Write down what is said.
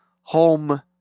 home